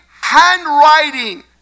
handwriting